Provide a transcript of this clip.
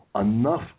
enough